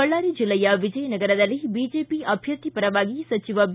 ಬಳ್ಳಾರಿ ಜಿಲ್ಲೆಯ ವಿಜಯನಗರದಲ್ಲಿ ಬಿಜೆಪಿ ಅಭ್ವರ್ಥಿ ಪರವಾಗಿ ಸಚಿವ ಬಿ